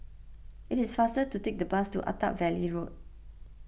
it is faster to take the bus to Attap Valley Road